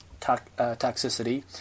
toxicity